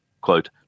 quote